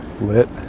Lit